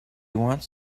wants